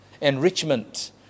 enrichment